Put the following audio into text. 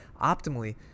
optimally